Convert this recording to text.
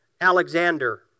Alexander